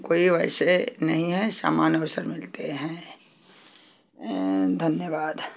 कोई वैसे नहीं है समान अवसर मिलते हैं धन्यवाद